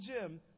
gym